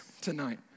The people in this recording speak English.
tonight